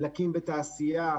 דלקים בתעשייה,